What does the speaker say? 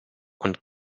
und